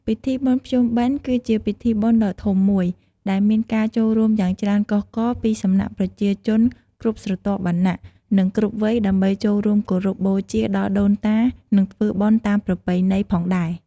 ពិធីបុណ្យភ្ជុំបិណ្ឌគឺជាពិធីបុណ្យដ៏ធំមួយ ដែលមានការចូលរួមយ៉ាងច្រើនកុះករពីសំណាក់ប្រជាជនគ្រប់ស្រទាប់វណ្ណៈ និងគ្រប់វ័យដើម្បីចូលរួមគោរពបូជាដល់ដូនតា និងធ្វើបុណ្យតាមប្រពៃណីផងដែរ។